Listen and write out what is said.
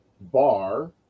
bar